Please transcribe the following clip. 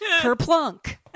Kerplunk